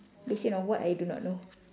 basin of what I do not know